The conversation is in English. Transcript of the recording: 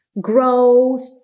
growth